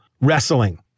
wrestling